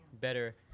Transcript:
better